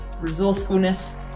resourcefulness